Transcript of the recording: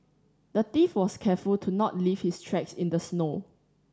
the thief was careful to not leave his tracks in the snow